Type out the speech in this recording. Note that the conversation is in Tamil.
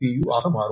u ஆக மாறும்